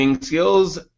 skills